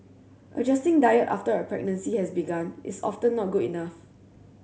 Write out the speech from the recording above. adjusting diet after a pregnancy has begun is often not good enough